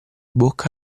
bocca